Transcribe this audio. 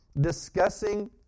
discussing